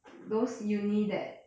those uni that